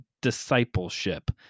discipleship